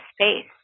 space